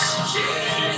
Jesus